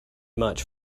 much